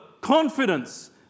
confidence